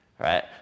right